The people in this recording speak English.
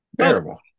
terrible